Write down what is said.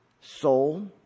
soul